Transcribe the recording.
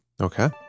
Okay